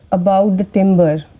about the timber,